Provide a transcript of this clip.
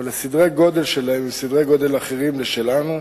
אבל סדרי הגודל שלהם הם סדרי גודל אחרים משלנו.